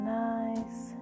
nice